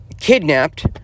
kidnapped